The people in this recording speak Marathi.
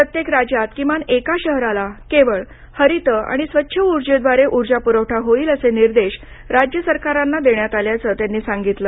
प्रत्येक राज्यात किमान एका शहराला केवळ हरित आणि स्वच्छ उजॅद्वारे ऊर्जपुरवठा होईल असे निर्देश राज्य सरकारांना देण्यात आल्याचं त्यांनी सांगितलं